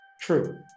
True